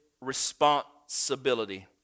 responsibility